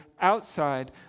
outside